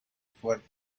fuerte